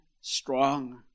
strong